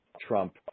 Trump